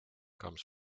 comes